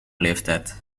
leeftijd